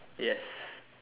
yes